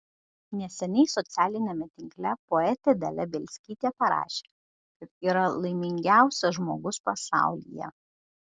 neseniai socialiniame tinkle poetė dalia bielskytė parašė kad yra laimingiausias žmogus pasaulyje